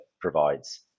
provides